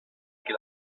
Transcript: qui